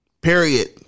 Period